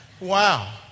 Wow